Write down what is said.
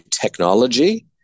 technology